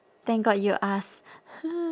thank god you asked